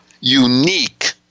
unique